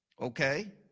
Okay